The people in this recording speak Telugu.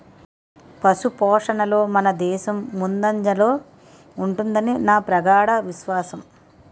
పశుపోషణలో మనదేశం ముందంజలో ఉంటుదని నా ప్రగాఢ విశ్వాసం